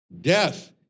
death